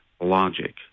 logic